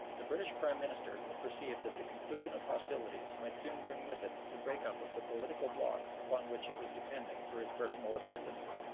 the british prime minister had perceived that the conclusion of hostilities might soon bring with it the break-up of the political bloc upon which he was depending for his personal ascendency,